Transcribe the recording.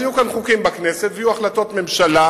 אז יהיו כאן חוקים בכנסת ויהיו החלטות ממשלה,